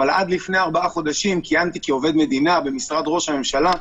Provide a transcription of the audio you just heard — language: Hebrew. אבל עד לפני ארבעה חודשים כיהנתי כעובד מדינה במשרד ראש הממשלה,